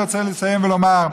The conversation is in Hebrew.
אני רוצה לסיים ולומר,